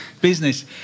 business